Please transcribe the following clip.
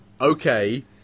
Okay